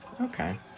Okay